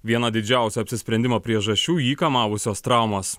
vieną didžiausių apsisprendimo priežasčių jį kamavusios traumos